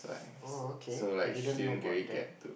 oh okay I didn't know about that